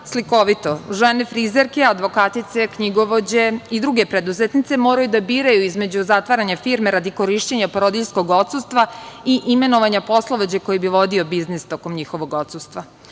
Slikovito, žene frizerke, advokatice, knjigovođe i druge preduzetnice moraju da biraju između zatvaranja firme radi korišćenje porodiljskog odsustva i imenovanja poslovođa koji bi vodio biznis tokom njihovog odsustva. Ono